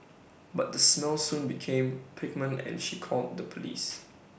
but the smell soon became pungent and she called the Police